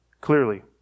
clearly